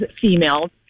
females